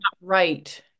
right